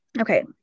Okay